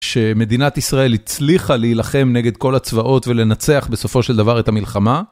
שמדינת ישראל הצליחה להילחם נגד כל הצבאות ולנצח בסופו של דבר את המלחמה.